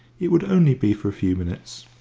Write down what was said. it would only be for a few minutes.